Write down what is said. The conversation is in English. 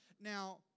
Now